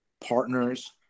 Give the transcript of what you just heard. partners